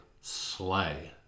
slay